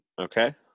Okay